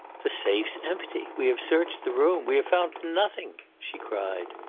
the safe's empty. we have searched the room. we have found nothing, she cried.